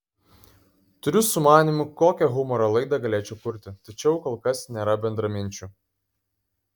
turiu sumanymų kokią humoro laidą galėčiau kurti tačiau kol kas nėra bendraminčių